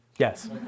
Yes